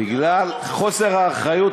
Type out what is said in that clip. בגלל חוסר האחריות,